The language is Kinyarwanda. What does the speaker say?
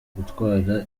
gutwara